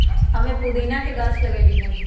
हम्मे पुदीना के गाछ लगईली है